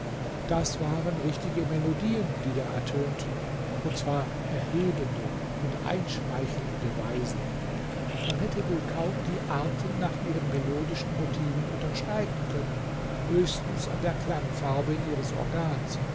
das waren richtige melodien die da ertönten und zwar erhebende und einschmeichelnde weisen man hätte wohl kaum die arten nach ihren melodischen motiven unterscheiden können höchstens an der klangfarbe ihres organs